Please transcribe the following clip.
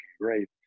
great